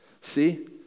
see